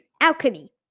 alchemy